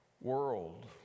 world